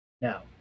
Now